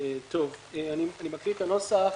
אני מקריא את הנוסח.